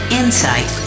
insight